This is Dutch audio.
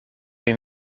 een